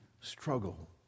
struggle